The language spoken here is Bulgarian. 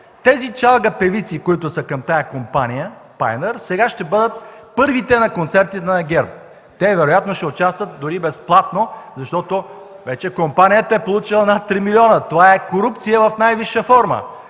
Тези чалга певици, които са към тази компания „Пайнер”, сега ще бъдат първите на концертите на ГЕРБ. Те вероятно ще участват дори безплатно, защото вече компанията е получила над 3 милиона, това е корупция от най-висша форма.